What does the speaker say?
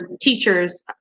teachers